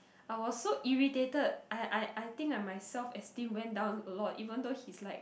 I was so irritated I I I think my self esteem went down a lot even though he's like